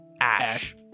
Ash